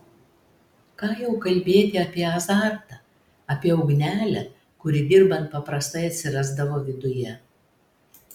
ką jau kalbėti apie azartą apie ugnelę kuri dirbant paprastai atsirasdavo viduje